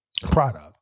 product